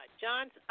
John's